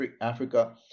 Africa